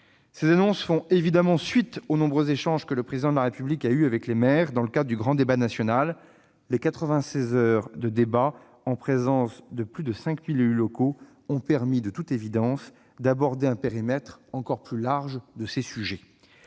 Ces annonces font, évidemment, suite aux nombreux échanges que le Président de la République a eus avec les maires dans le cadre du grand débat national : les 96 heures de débat en présence de plus de 5 000 élus locaux ont permis, de toute évidence, d'aborder un périmètre encore plus large de sujets.